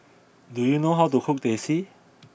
do you know how to cook Teh C